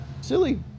silly